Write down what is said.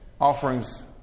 offerings